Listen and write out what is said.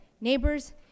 neighbors